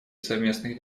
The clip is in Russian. совместных